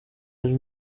ari